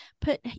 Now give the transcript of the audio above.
put